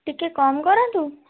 ଟିକେ କମ୍ କରନ୍ତୁ